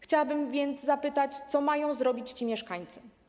Chciałabym więc zapytać, co mają zrobić ci mieszkańcy.